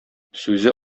сүзе